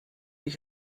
ich